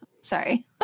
sorry